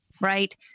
right